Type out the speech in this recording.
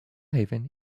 haven